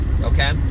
Okay